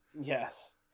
Yes